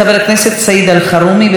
בבקשה, אדוני.